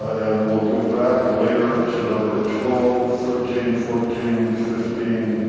and we'll go back later to number twelve, thirteen, fourteen, fifteen,